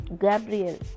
gabriel